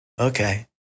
Okay